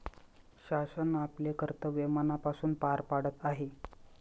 शासन आपले कर्तव्य मनापासून पार पाडत आहे